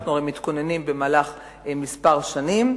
אנחנו הרי מתכוננים במהלך כמה שנים,